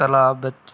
ਤਲਾਅ ਵਿੱਚ